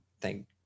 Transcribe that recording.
thank